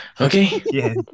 okay